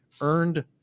earned